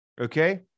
Okay